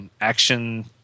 action